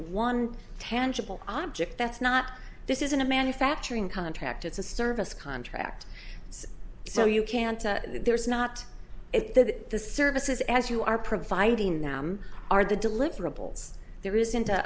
one tangible object that's not this isn't a manufacturing contract it's a service contract so you can't there's not a the services as you are providing them are the deliverables there is